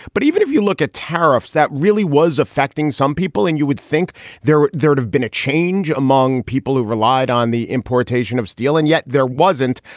but even if you look at tariffs that really was affecting some people and you would think there would there would have been a change among people who relied on the importation of steel and yet there wasn't.